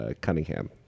Cunningham